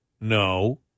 No